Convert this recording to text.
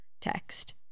text